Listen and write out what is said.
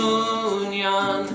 union